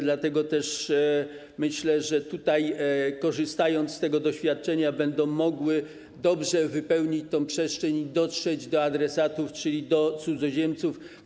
Dlatego myślę, że korzystając z tego doświadczenia, będą mogły one dobrze wypełnić tę przestrzeń i dotrzeć do adresatów, czyli do cudzoziemców.